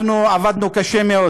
אנחנו עבדנו קשה מאוד